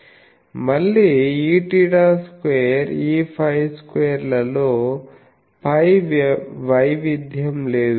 మళ్ళీ Eθ2 Eφ2 లలో π వైవిధ్యం లేదు